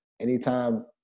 anytime